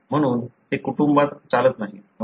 म्हणून ते कुटुंबात चालत नाही